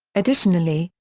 additionally,